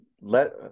let